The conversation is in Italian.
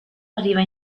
arriva